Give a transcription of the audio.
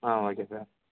ah okay sir